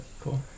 cool